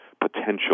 potential